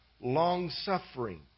long-suffering